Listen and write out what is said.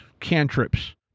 cantrips